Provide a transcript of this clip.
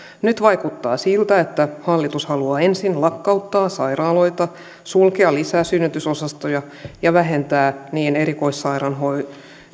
nyt vaikuttaa siltä että hallitus haluaa ensin lakkauttaa sairaaloita sulkea lisää synnytysosastoja ja vähentää niin erikoissairaanhoidon